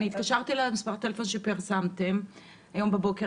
התקשרתי למספר הטלפון שפרסמתם היום בבוקר.